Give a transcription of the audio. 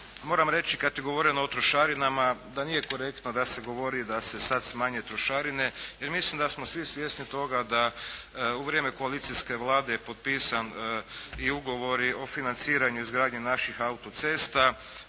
moram reći kad je govoreno o trošarinama da nije korektno da se govori da se sad smanje trošarine jer mislim da smo svi svjesni toga da u vrijeme koalicijske Vlade je potpisan i ugovor i o financiranju izgradnje naših autocesta.